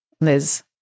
Liz